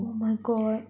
oh my god